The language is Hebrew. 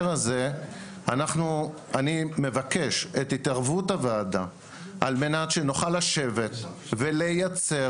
אני מבקש את התערבות הוועדה על מנת שנוכל לשבת ולייצר